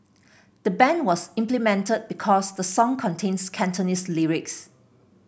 the ban was implemented because the song contains Cantonese lyrics